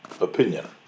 opinion